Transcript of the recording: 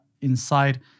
inside